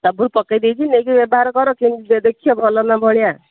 ସବୁରୁ ପକେଇଦେଇଛି ନେଇକି ବ୍ୟବହାର କର କେନ୍ତି ଦେଖିବ ଭଲ ନା ଭଳିଆ